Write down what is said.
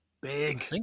big